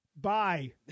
Bye